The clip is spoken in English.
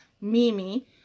mimi